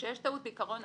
בעיקרון,